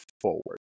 forward